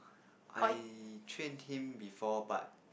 I trained him before but